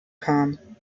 kam